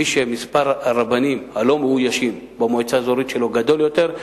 מי שמספר המקומות לרבנים שלא אוישו במועצה האזורית שלו גדול יותר,